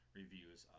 reviews